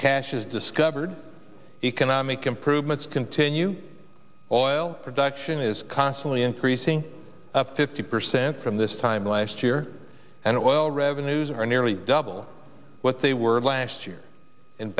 caches discovered economic improvements continue or oil production is constantly increasing fifty percent from this time last year and it well revenues are nearly double what they were last year in